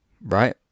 right